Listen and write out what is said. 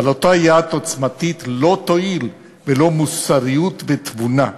אבל אותה יד עוצמתית לא תועיל בלא מוסריות ותבונה.